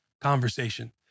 conversation